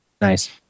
Nice